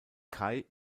kai